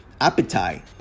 appetite